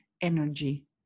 energy